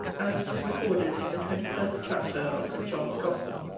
as it is recorded in the twenty-first chapter of st. john's gospel.